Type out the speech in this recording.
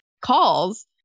calls